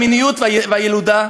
המיניות והילודה.